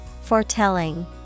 Foretelling